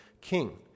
king